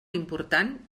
important